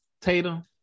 Tatum